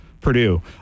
Purdue